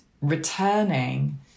returning